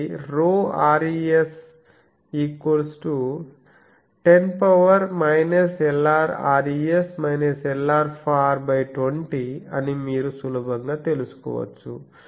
ఇది |ρres |10 Lrres Lrfar 20 అని మీరు సులభంగా తెలుసుకోవచ్చు